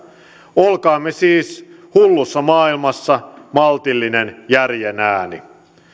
olkaamme siis hullussa maailmassa maltillinen järjen ääni